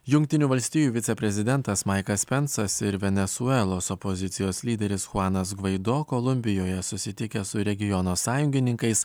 jungtinių valstijų viceprezidentas maiklas pensas ir venesuelos opozicijos lyderis chuanas gvaido kolumbijoje susitikęs su regiono sąjungininkais